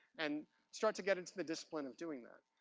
and start to get into the discipline of doing that.